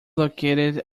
located